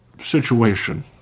situation